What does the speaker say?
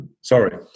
sorry